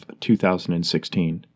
2016